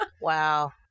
Wow